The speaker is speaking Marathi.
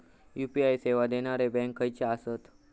यू.पी.आय सेवा देणारे बँक खयचे आसत?